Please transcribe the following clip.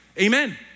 Amen